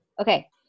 Okay